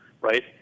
Right